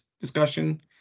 discussion